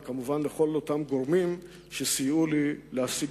וכמובן לכל אותם גורמים שסייעו לי להשיג